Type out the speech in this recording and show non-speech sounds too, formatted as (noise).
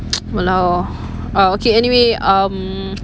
(noise) !walao! uh okay anyway um